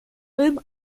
ulm